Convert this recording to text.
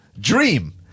Dream